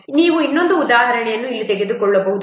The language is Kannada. ನೀವು ಇನ್ನೊಂದು ಉದಾಹರಣೆಯನ್ನು ಇಲ್ಲಿ ತೆಗೆದುಕೊಳ್ಳಬಹುದು